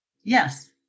Yes